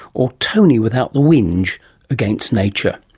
or tony without the whinge against nature.